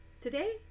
Today